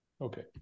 Okay